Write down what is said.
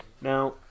Now